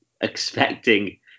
expecting